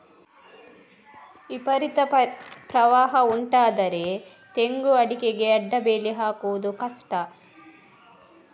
ಪ್ರವಾಹಗಳಿಗೆ ತೆಂಗು, ಅಡಿಕೆ ಹೋಗದ ಹಾಗೆ ಹೇಗೆ ಅಡ್ಡ ಬೇಲಿಯನ್ನು ನಿರ್ಮಿಸಬಹುದು?